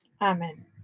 Amen